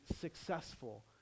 successful